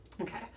Okay